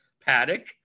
Paddock